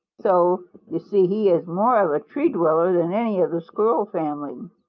so you see he is more of a tree dweller than any of the squirrel family.